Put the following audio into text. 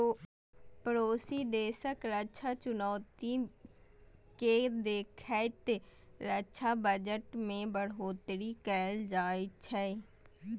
पड़ोसी देशक रक्षा चुनौती कें देखैत रक्षा बजट मे बढ़ोतरी कैल जाइ छै